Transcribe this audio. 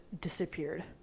disappeared